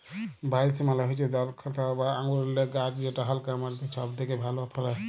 ভাইলস মালে হচ্যে দরখলতা বা আঙুরেল্লে গাহাচ যেট হালকা মাটিতে ছব থ্যাকে ভালো ফলে